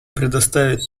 представить